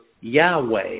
Yahweh